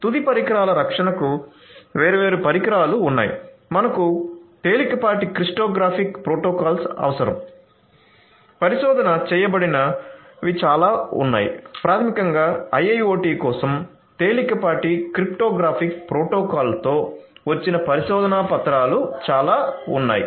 తుది పరికరాల రక్షణకు వేర్వేరు పరిష్కారాలు ఉన్నాయి మనకు తేలికపాటి క్రిప్టోగ్రాఫిక్ ప్రోటోకాల్స్ అవసరం పరిశోధన చేయబడినవి చాలా ఉన్నాయి ప్రాథమికంగా IIoT కోసం తేలికపాటి క్రిప్టోగ్రాఫిక్ ప్రోటోకాల్లతో వచ్చిన పరిశోధనా పత్రాలు చాలా ఉన్నాయి